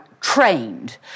trained